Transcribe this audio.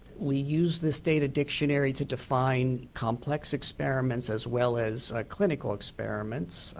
we use this data dictionary to define complex experiments as well as clinical experiments.